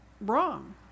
wrong